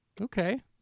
okay